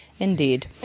Indeed